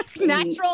natural